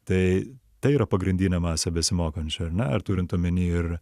tai tai yra pagrindinė masė besimokančių ar ne ar turint omeny ir